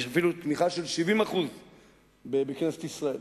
יש אפילו תמיכה של 70% בכנסת ישראל